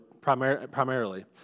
primarily